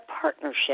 partnership